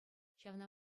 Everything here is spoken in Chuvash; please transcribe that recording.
ҫавна